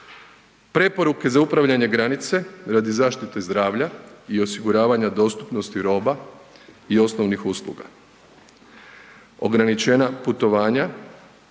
Preporuke za upravljanje granice radi zaštite zdravlja i osiguravanja dostupnosti roba i osnovnih usluga, ograničena putovanja